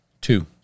Two